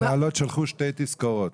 המנהלות שלחו שתי תזכורות.